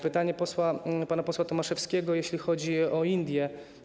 Pytanie pana posła Tomaszewskiego, jeśli chodzi o Indie.